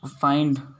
find